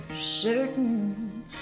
certain